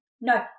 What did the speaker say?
No